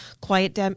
quiet